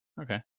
okay